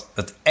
het